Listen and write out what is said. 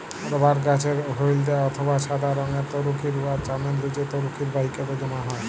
রবাট গাহাচের হইলদ্যা অথবা ছাদা রংয়ের তরুখির উয়ার চামের লিচে তরুখির বাহিকাতে জ্যমা হ্যয়